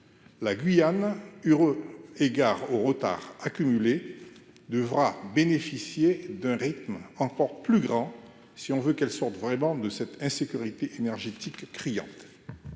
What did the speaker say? la Guyane eurent et gare aux retards accumulés devra bénéficier d'un rythme encore plus grand si on veut qu'elles sortent vraiment de cette insécurité énergétique criante.